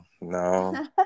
no